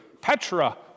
Petra